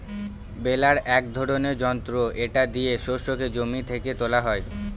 বেলার এক ধরনের যন্ত্র এটা দিয়ে শস্যকে জমি থেকে তোলা হয়